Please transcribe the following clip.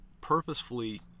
purposefully